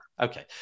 Okay